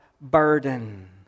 burden